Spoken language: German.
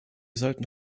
sollten